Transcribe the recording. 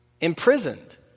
Imprisoned